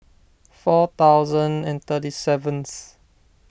four thousand and thirty seventh